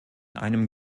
einem